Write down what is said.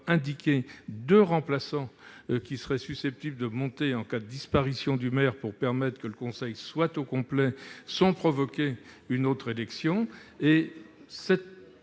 en fin de liste soient susceptibles de « monter » en cas de disparition du maire pour permettre que le conseil soit au complet sans provoquer une autre élection.